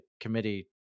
committee